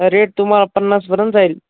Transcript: rate तुम्हाला पन्नासभरून जाईल